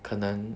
可能